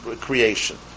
creation